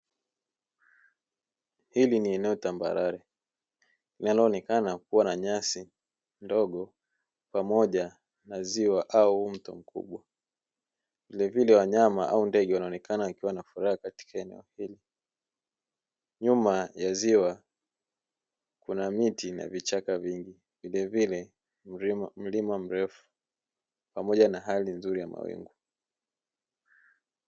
Hili ni eneo tambarare linaloonekana kuwa na nyasi ndogo pamoja na ziwa au mto mkubwa, vilevile wanyama au ndege wanaonekana wakiwa na furaha katika eneo hili. Nyuma ya ziwa kuna miti na vichaka vingi, vilevile mlima mrefu pamoja na hali nzuri ya mawingu.